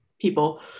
people